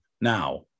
now